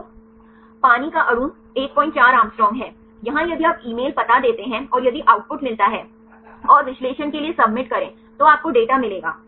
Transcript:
तो पानी का अणु 14 है यहां यदि आप ईमेल पता देते हैं और यदि आउटपुट मिलता है और विश्लेषण के लिए सबमिट करें तो आपको डेटा मिलेगा